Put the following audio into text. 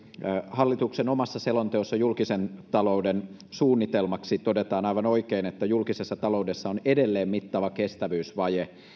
hallituksen omassa selonteossa julkisen talouden suunnitelmaksi todetaan aivan oikein että julkisessa taloudessa on edelleen mittava kestävyysvaje